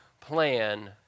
plan